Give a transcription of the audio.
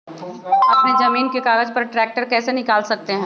अपने जमीन के कागज पर ट्रैक्टर कैसे निकाल सकते है?